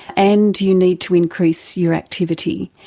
and you need to increase your activity.